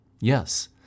Yes